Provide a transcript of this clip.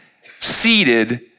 seated